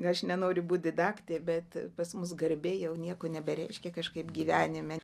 aš nenoriu būt didaktė bet pas mus garbė jau nieko nebereiškia kažkaip gyvenime